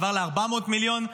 עבר ל-400 מיליון.